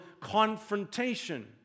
confrontation